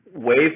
wave